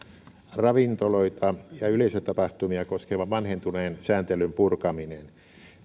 ravintoloita ja yleisötapahtumia koskevan vanhentuneen sääntelyn purkaminen